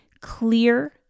clear